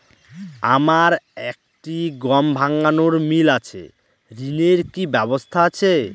আমার একটি গম ভাঙানোর মিল আছে ঋণের কি ব্যবস্থা আছে?